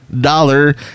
dollar